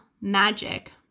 magic